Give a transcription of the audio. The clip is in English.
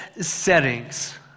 settings